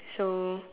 so